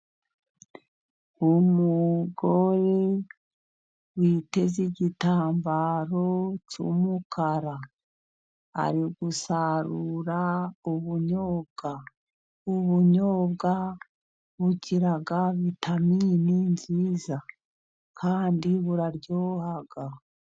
Umugore witeze igitambaro cy'umukara, ari gusarura ubunyobwa. Ubunyobwa bugira vitamini nziza, kandi buraryoha.